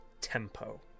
tempo